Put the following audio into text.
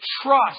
trust